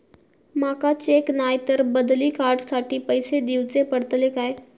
माका चेक नाय तर बदली कार्ड साठी पैसे दीवचे पडतले काय?